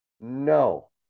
No